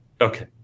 Okay